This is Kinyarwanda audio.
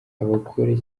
abagore